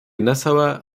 nassauer